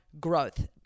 growth